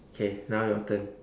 K now your turn